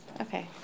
Okay